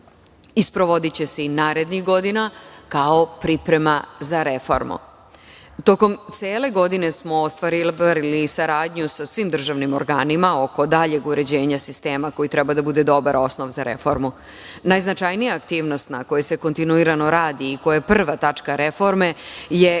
sprovodiće se i narednih godina, kao priprema za reformu. Tokom cele godine smo ostvarivali saradnju sa svim državnim organima oko daljeg uređenja sistema koji treba da bude dobar osnov za reformu. Najznačajnija aktivnost na kojoj se kontinuirano radi i koja je prva tačka reforme je